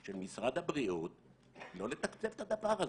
של משרד הבריאות לא לתקצב את הדבר הזה,